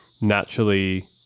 naturally